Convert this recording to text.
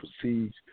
Proceeds